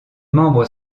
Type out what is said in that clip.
membres